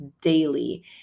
daily